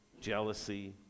jealousy